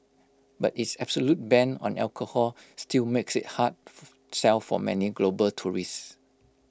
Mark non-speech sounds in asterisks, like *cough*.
but its absolute ban on alcohol still makes IT A hard *noise* sell for many global tourists